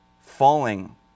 falling